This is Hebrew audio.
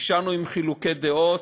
נשארנו עם חילוקי דעות,